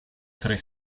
tre